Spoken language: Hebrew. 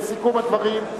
לסיכום הדברים,